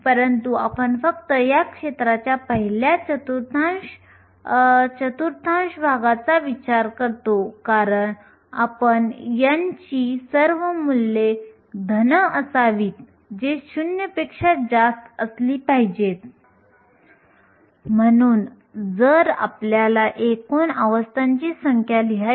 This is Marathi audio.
तर आपण ही gCB अभिव्यक्ती सुधारू आणि 8π2 me32h3 असे लिहू आणि E च्या ऐवजी आपण ते 12 असे लिहू